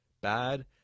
bad